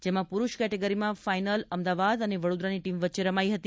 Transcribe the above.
જેમાં પુરુષ કેટેગરીમાં ફાઈનલ અમદાવાદ અને વડોદરાની ટીમ વચ્ચે રમાઈ હતી